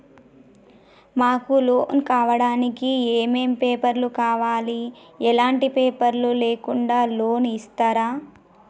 మాకు లోన్ కావడానికి ఏమేం పేపర్లు కావాలి ఎలాంటి పేపర్లు లేకుండా లోన్ ఇస్తరా?